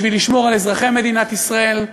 בשביל לשמור על אזרחי מדינת ישראל,